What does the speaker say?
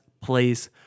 place